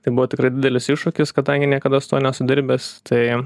tai buvo tikrai didelis iššūkis kadangi niekada su tuo nesu dirbęs tai